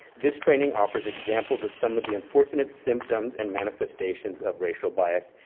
this training offers examples of some of the unfortunate symptoms and manifestations of racial bias,